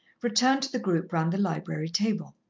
returned to the group round the library table.